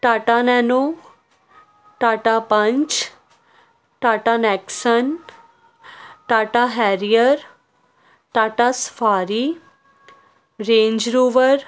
Tata Nano Tata Punch Tata Nexon Tata Harrier Tata Safari Range Rover